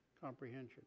comprehension